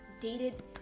dated